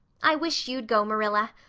i wish you'd go, marilla.